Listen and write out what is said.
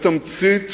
לא לפי המצע שלך.